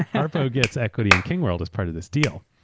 ah harpo gets equity in kingworld as part of this deal.